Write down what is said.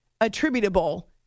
attributable